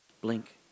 Blink